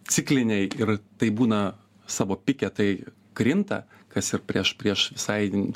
cikliniai ir tai būna savo pike tai krinta kas ir prieš prieš visai